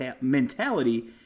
mentality